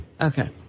Okay